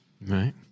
Right